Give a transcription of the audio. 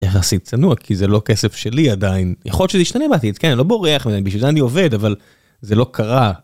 יחסית צנוע כי זה לא כסף שלי עדיין, יכול להיות שזה ישתנה בעתיד, כן, אני לא בורח מזה, בשביל זה אני עובד, אבל זה לא קרה.